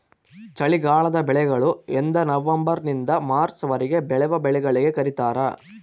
ಚಳಿಗಾಲದ ಬೆಳೆಗಳು ಎಂದನವಂಬರ್ ನಿಂದ ಮಾರ್ಚ್ ವರೆಗೆ ಬೆಳೆವ ಬೆಳೆಗಳಿಗೆ ಕರೀತಾರ